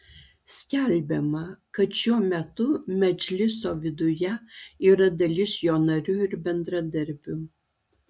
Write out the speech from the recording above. skelbiama kad šiuo metu medžliso viduje yra dalis jo narių ir bendradarbių